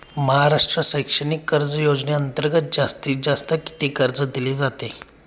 महाराष्ट्र शैक्षणिक कर्ज योजनेअंतर्गत जास्तीत जास्त किती कर्ज दिले जाते?